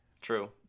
True